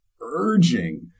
urging